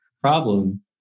problem